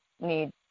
need